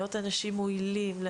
להיות אנשים מועילים.